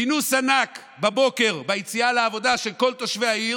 כינוס ענק בבוקר ביציאה לעבודה של כל תושבי העיר,